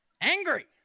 angry